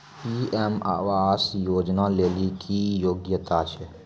PM आवास योजना लेली की योग्यता छै?